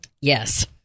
Yes